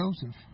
Joseph